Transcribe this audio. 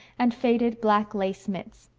and faded black lace mits.